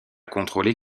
contrôler